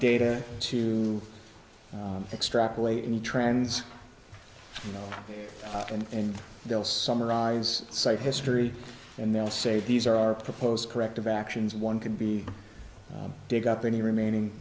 data to extrapolate any trends you know and they'll summarize site history and they'll say these are our proposed corrective actions one can be dig up any remaining